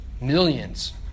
millions